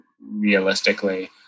realistically